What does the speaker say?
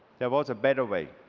there was a better way